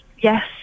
yes